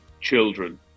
children